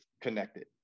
connected